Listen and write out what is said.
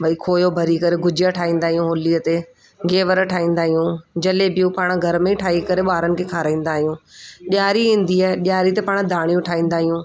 भई खोयो भरी करे गुजीआ ठाहींदा आहियूं होलीअ ते गेवर ठाहींदा आहियूं जलेबियूं पाण घर में ई ठाहे करे पाण ॿारनि खे खाराईंदा आहियूं ॾियारी ईंदी आहे ॾियारी ते पाण दाणियूं ठाहींदा आहियूं